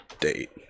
date